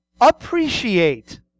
appreciate